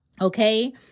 Okay